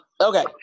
Okay